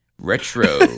Retro